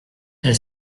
elle